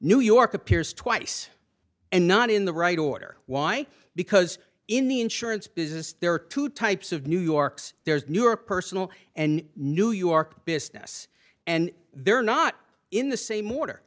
new york appears twice and not in the right order why because in the insurance business there are two types of new york's there's newer personal and new york business and they're not in the same order